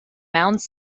mounds